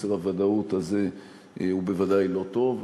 שחוסר הוודאות הזה הוא בוודאי לא טוב,